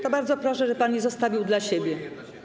To bardzo proszę, żeby pan je zostawił dla siebie.